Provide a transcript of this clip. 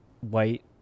white